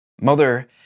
Mother